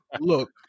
look